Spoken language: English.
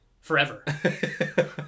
forever